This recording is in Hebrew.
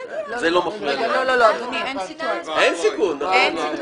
-- אין סיטואציה כזאת.